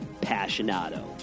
passionado